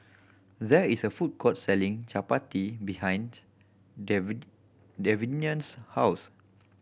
there is a food court selling Chapati behind David Davion's house